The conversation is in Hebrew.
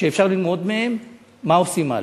שאפשר ללמוד מהן מה עושים הלאה,